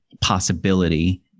possibility